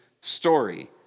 story